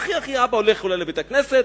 אבא אולי הולך לבית-הכנסת,